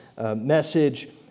message